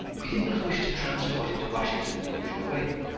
we did not wish to transport it to washington in the usual way.